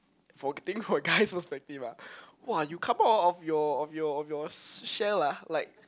for think for guys perspectiveah !wah! you come out of your of your of yours shell lah like